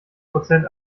prozent